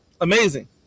Amazing